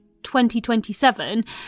2027